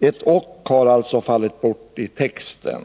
Ett ”och” har alltså fallit bort i texten.